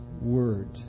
word